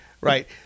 Right